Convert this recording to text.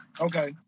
Okay